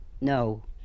No